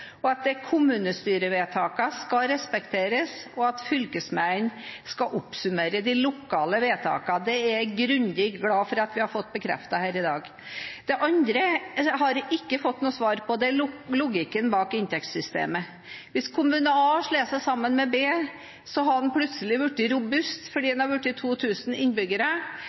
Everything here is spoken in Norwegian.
at kommunestyrevedtakene skal respekteres, og at fylkesmennene skal oppsummere de lokale vedtakene. Det er jeg grundig glad for at vi har fått bekreftet her i dag. Det andre har jeg ikke fått noe svar på, og det er logikken bak inntektssystemet. Hvis kommune A slår seg sammen med kommune B, har den plutselig blitt robust fordi den har blitt på 2 000 innbyggere.